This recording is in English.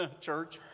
church